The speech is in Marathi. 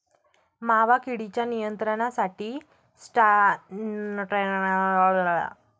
मावा किडीच्या नियंत्रणासाठी स्यान्ट्रेनिलीप्रोलची किती फवारणी करावी लागेल?